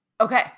Okay